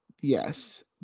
yes